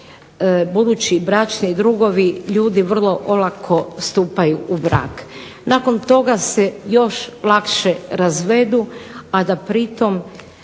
budući bračni drugovi ljudi vrlo olako stupaju u brak, nakon toga se još lakše razvedu, a da pri tom